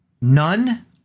none